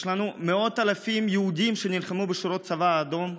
יש לנו מאות אלפי יהודים שנלחמו בשורות הצבא האדום.